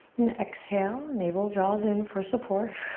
and exhale, navel draws in for support.